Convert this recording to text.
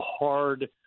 hard